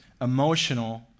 emotional